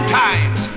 times